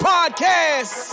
Podcast